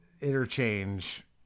interchange